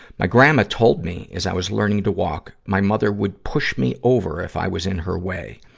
my grandma told me, as i was learning to walk, my mother would push me over if i was in her way.